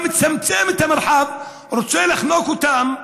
אתה מצמצם את המרחב, רוצה לחנוק אותם.